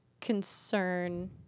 concern